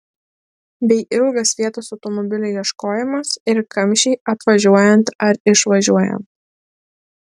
bei ilgas vietos automobiliui ieškojimas ir kamščiai atvažiuojant ar išvažiuojant